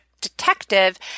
detective